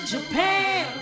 Japan